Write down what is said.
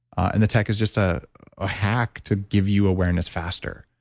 and the tech is just a ah hack to give you awareness faster,